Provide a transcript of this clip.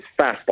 fastball